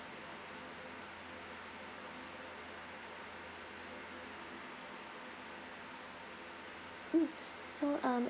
mm so um